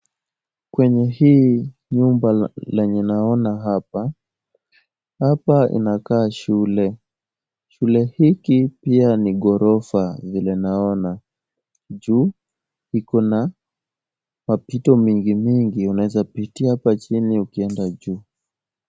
Kwenye hii nyumba lenye naona hapa, hapa inakaa shule. Shule hiki pia ni ghorofa vile naona juu iko na mapito mingi mingi, unaweza pitia hapa chini ukienda juu.